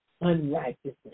unrighteousness